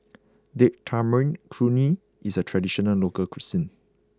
Date Tamarind Chutney is a traditional local cuisine